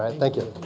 thank you.